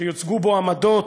שיוצגו בו עמדות,